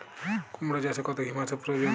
কুড়মো চাষে কত হিউমাসের প্রয়োজন?